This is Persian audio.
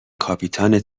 کاپیتان